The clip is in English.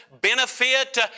benefit